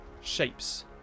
Shapes